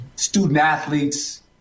student-athletes